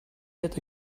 get